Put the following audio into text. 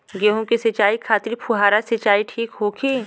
गेहूँ के सिंचाई खातिर फुहारा सिंचाई ठीक होखि?